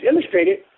illustrated